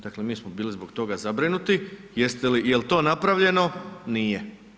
Dakle, mi smo bili zbog toga zabrinuti, jel to napravljeno, nije.